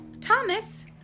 Thomas